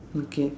okay